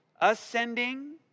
ascending